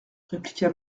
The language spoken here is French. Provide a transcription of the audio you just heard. répliqua